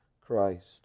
Christ